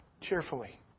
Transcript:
cheerfully